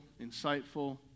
insightful